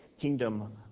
kingdom